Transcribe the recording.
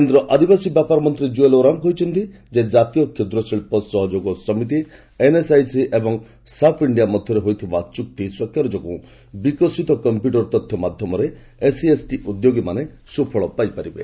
କେନ୍ଦ୍ର ଆଦିବାସୀ ବ୍ୟାପାର ମନ୍ତ୍ରୀ ଜୁଏଲ୍ ଓରାମ୍ କହିଛନ୍ତି ଜାତୀୟ କ୍ଷ୍ରଦ୍ର ଶିଳ୍ପ ସହଯୋଗ ସମିତି ଏନ୍ଏସ୍ଆଇସି ଏବଂ ଏସ୍ଏପି ଇଣ୍ଡିଆ ମଧ୍ୟରେ ହୋଇଥିବା ଚୁକ୍ତି ସ୍ୱାକ୍ଷର ବିକଶିତ ତଥ୍ୟ ମାଧ୍ୟମରେ ଏସ୍ ଏସ୍ଟି ଉଦ୍ୟୋଗୀମାନେ ସୁଫଳ ପାଇପାରିବେ